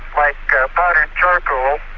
like powdered charcoal,